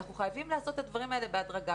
אנחנו חייבים לעשות את הדברים האלה בהדרגה